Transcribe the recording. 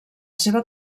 seva